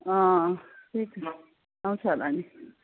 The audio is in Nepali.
अँ त्यही त आउँछ होला नि